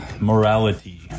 Morality